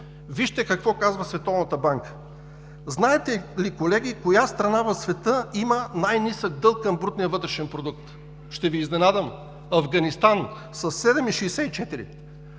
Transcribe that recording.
Вижте какво казва Световната банка. Знаете ли, колеги, коя страна в света има най-нисък дълг към брутния вътрешен продукт? Ще Ви изненадам – Афганистан, със 7,64.